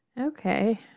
Okay